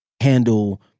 handle